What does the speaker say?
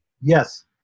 Yes